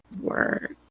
work